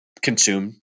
consume